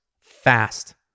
fast